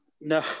no